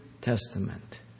Testament